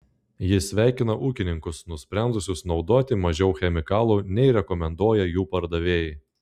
jis sveikina ūkininkus nusprendusius naudoti mažiau chemikalų nei rekomenduoja jų pardavėjai